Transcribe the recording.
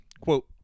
Quote